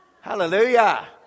Hallelujah